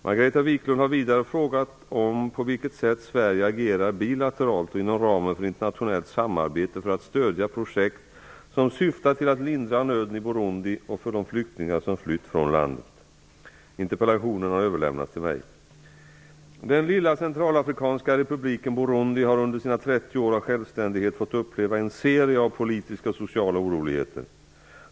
Margareta Viklund har vidare frågat om på vilket sätt Sverige agerar bilateralt och inom ramen för internationellt samarbete för att stödja projekt som syftar till att lindra nöden i Burundi och för de flyktingar som flytt från landet. Interpellationen har överlämnats till mig. Den lilla centralafrikanska republiken Burundi har under sina 30 år av självständighet fått uppleva en serie av politiska och sociala oroligheter.